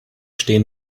stehen